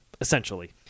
essentially